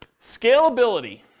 Scalability